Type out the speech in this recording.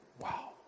Wow